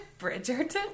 Bridgerton